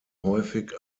häufig